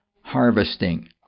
harvesting